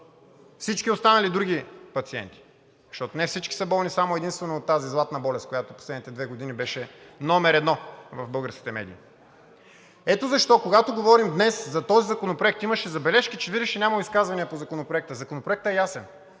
всички останали други пациенти, защото не всички са болни само и единствено от тази златна болест, която последните две години беше № 1 в българските медии. Ето защо, когато говорим днес за този законопроект, имаше забележки, че видиш ли, нямало изказвания по Законопроекта. Законопроектът е ясен.